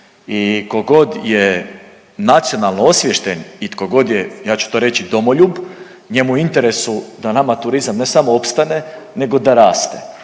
I tko god je nacionalno osviješten i tko god je ja ću to reći domoljub njemu je u interesu da nama turizam ne samo opstane nego da raste